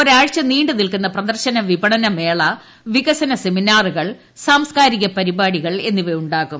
ഒരാഴ്ച നീണ്ടുനിൽക്കുന്ന പ്രദർശന വിപണനമേള വികസന സെമിനാറുകൾ സാംസ്കാരികൃപ്പിപ്പാടികൾ എന്നിവ ഉണ്ടാകും